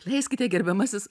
leiskite gerbiamasis